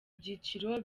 byiciro